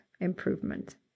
improvement